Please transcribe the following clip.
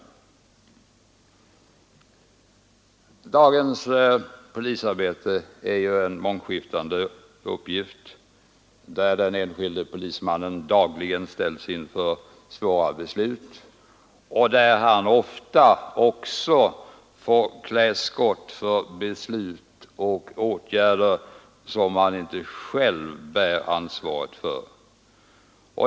Dagens polisarbete är ju en mångskiftande uppgift, där den enskilde polismannen dagligen ställs inför svåra beslut och där han ofta också får klä skott för beslut och åtgärder som han inte själv bär ansvaret för.